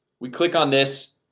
we click on this.